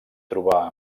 trobar